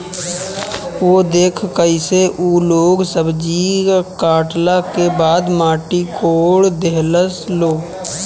उ देखऽ कइसे उ लोग सब्जीया काटला के बाद माटी कोड़ देहलस लो